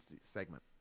segment